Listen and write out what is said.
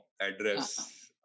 address